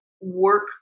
work